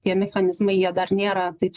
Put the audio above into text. tie mechanizmai jie dar nėra taip